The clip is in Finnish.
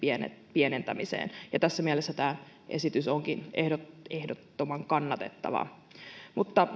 pienentämiseen ja tässä mielessä tämä esitys onkin ehdottoman ehdottoman kannatettava mutta